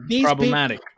problematic